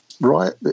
right